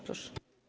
Proszę.